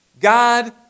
God